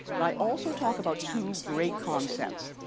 but i also talk about two great concepts,